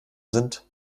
sind